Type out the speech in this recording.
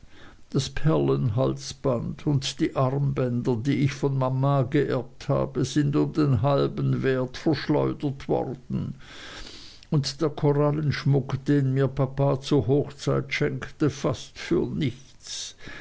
das perlenhalsband und die armbänder die ich von mama geerbt habe sind um den halben wert verschleudert worden und der korallenschmuck den mir papa zur hochzeit schenkte fast für nichts